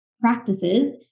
practices